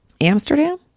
Amsterdam